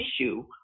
issue